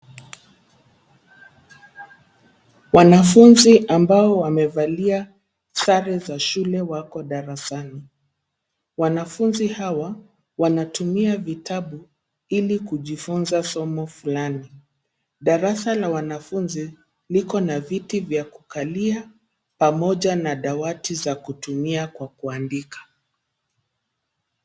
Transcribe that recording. Wanafunzi ambao wamevalia sare za shule wako darasani. Wanafunzi hawa wanatumia vitabu ili kujifunza somo fulani. Darasa la wanafunzi liko na viti vya kukalia pamoja na dawati za kutumia kwa kuandika.